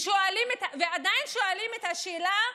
ועדיין שואלים את השאלה: